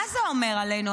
מה זה אומר עלינו,